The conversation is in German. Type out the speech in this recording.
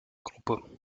gruppe